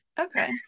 Okay